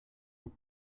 were